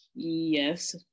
Yes